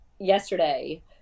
Yesterday